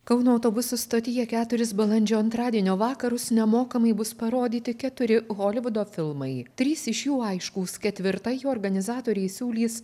kauno autobusų stotyje keturis balandžio antradienio vakarus nemokamai bus parodyti keturi holivudo filmai trys iš jų aiškūs ketvirtąjį organizatoriai siūlys